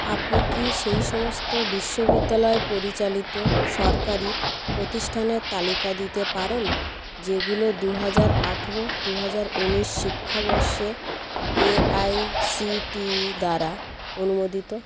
আপনি কি সেই সমস্ত বিশ্ববিদ্যালয় পরিচালিত সরকারি প্রতিষ্ঠানের তালিকা দিতে পারেন যেগুলো দু হাজার আঠেরো দু হাজার উনিশ শিক্ষাবর্ষে এআইসিটিই দ্বারা অনুমোদিত